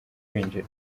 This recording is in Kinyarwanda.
binjira